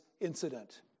incident